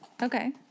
Okay